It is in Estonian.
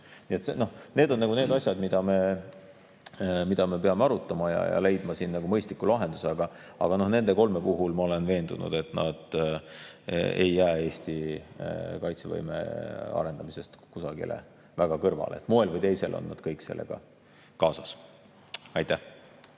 Need on need asjad, mida me peame arutama ja leidma mõistliku lahenduse. Aga nende kolme puhul ma olen veendunud, et nad ei jää Eesti kaitsevõime arendamisest väga kõrvale, ühel või teisel moel on nad kõik sellega kaasatud. Aitäh!